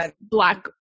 black